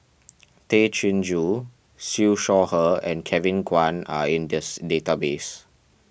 Tay Chin Joo Siew Shaw Her and Kevin Kwan are in this database